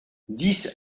dix